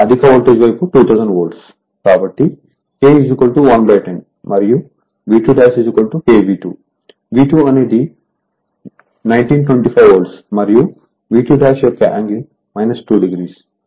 కాబట్టి K 110 మరియు V2 K V2 V2 అనేది 1925 వోల్ట్స్ మరియు V2 యొక్క యాంగిల్ 2o